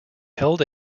held